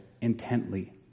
intently